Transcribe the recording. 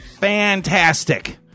Fantastic